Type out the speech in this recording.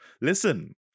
listen